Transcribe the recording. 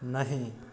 नहि